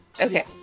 okay